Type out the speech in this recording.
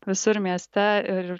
visur mieste ir